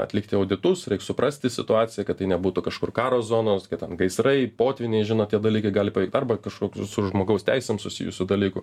atlikti auditus reik suprasti situaciją kad tai nebūtų kažkur karo zonos kad ten gaisrai potvyniai žinot tie dalykai gali arba kažkokių su žmogaus teisėm susijusių dalykų